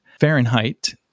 Fahrenheit